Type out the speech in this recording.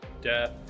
Death